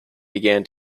began